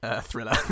thriller